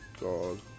god